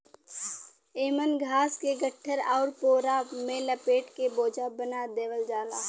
एमन घास के गट्ठर आउर पोरा में लपेट के बोझा बना देवल जाला